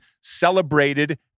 celebrated